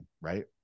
right